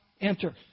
enter